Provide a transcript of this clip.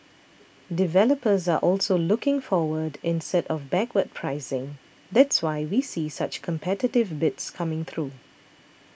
developers are also looking forward instead of backward pricing that's why we see such competitive bids coming through